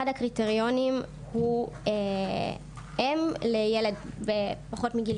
אחד הקריטריונים הוא אם לילד פחות מגיל